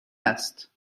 است